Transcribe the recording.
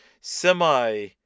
semi